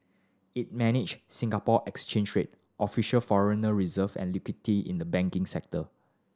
it manage Singapore Exchange rate official foreigner reserve and liquidity in the banking sector